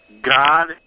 God